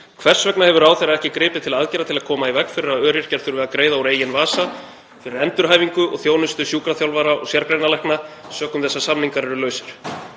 Hvers vegna hefur ráðherra ekki gripið til aðgerða til að koma í veg fyrir að öryrkjar þurfi að greiða úr eigin vasa fyrir endurhæfingu og þjónustu sjúkraþjálfara og sérgreinalækna sökum þess að samningar eru lausir?